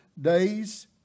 days